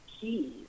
keys